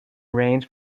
range